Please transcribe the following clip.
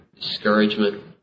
discouragement